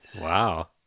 Wow